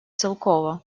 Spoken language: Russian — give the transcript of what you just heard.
целкова